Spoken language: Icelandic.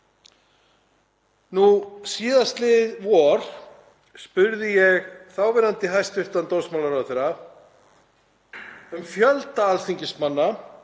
Síðastliðið vor spurði ég þáverandi hæstv. dómsmálaráðherra um fjölda alþingismanna